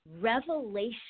revelation